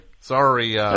Sorry